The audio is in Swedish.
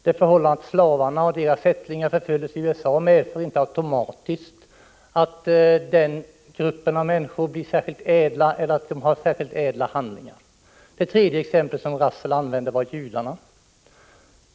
Det förhållandet att slavarna och deras ättlingar förföljdes i USA medför inte automatiskt att den gruppen av människor blir särskilt ädel eller att dessa människors handlingar är särskilt ädla. Det tredje exemplet som Russell använde var judarna.